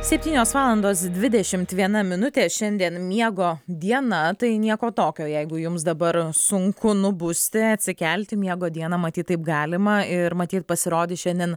septynios valandos dvidešimt viena minutė šiandien miego diena tai nieko tokio jeigu jums dabar sunku nubusti atsikelti miego dieną matyt taip galima ir matyt pasirodys šiandien